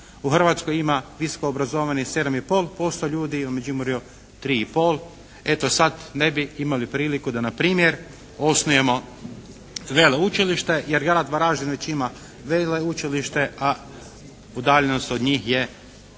U Hrvatskoj ima visokoobrazovanih 7 i pol posto ljudi, a u Međimurju 3 i pol. Eto sad ne bi imali priliku da na primjer osnujemo veleučilište jer grad Varaždin već ima veleučilište a udaljenost od njih je